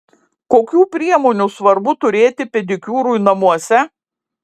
kokių priemonių svarbu turėti pedikiūrui namuose